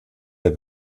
der